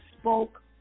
spoke